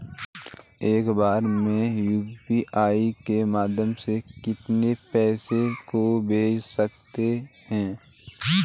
एक बार में यू.पी.आई के माध्यम से कितने पैसे को भेज सकते हैं?